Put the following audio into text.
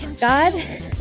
God